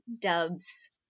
dubs